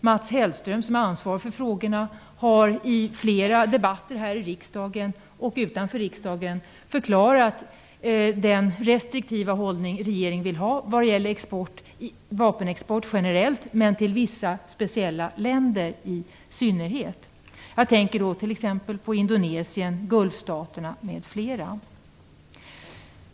Mats Hellström, som är ansvarig för de här frågorna, har i flera debatter här i riksdagen och utanför riksdagen förklarat den restriktiva hållning som regeringen vill ha när det gäller vapenexport i allmänhet och när det gäller vapenexport till vissa speciella länder i synnerhet. Jag tänker då på t.ex. Indonesien, Gulfstaterna, m.fl.